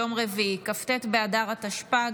יום רביעי כ"ט באדר התשפ"ג,